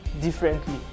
differently